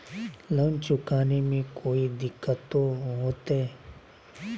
Loan चुकाने में कोई दिक्कतों होते?